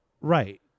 Right